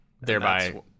thereby